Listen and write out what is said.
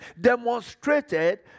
Demonstrated